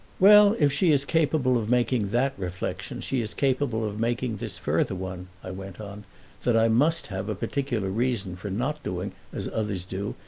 well, if she is capable of making that reflection she is capable of making this further one, i went on that i must have a particular reason for not doing as others do,